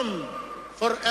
זוהי מערכה של כל אזרח ואזרח